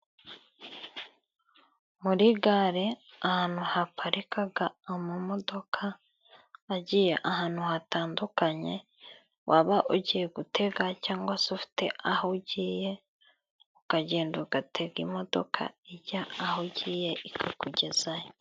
Muri gare ahantu haparikaga amamodoka agiye ahantu hatandukanye, waba ugiye gutega cyangwa se ufite aho ugiye, ukagenda ugatega imodoka ijya aho ugiye ikakugezayo.